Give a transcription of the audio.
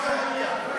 ביטן,